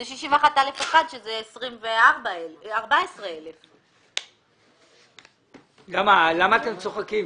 זה א61(א)(1) שזה 14,000. למה אתם צוחקים?